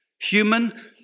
human